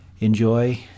enjoy